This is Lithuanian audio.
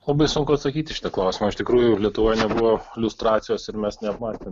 labai sunku atsakyti į šitą klausimą iš tikrųjų lietuvoje nebuvo liustracijos ir mes nematėm